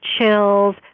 chills